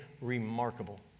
remarkable